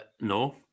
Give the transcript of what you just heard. no